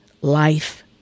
life